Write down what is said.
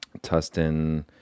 Tustin